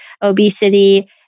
obesity